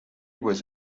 was